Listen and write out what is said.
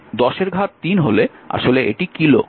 এবং তাই 10 এর ঘাত 3 হলে আসলে এটি কিলো